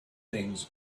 things